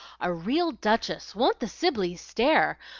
a real duchess! won't the sibleys stare?